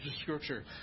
scripture